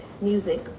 music